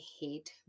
hate